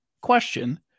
question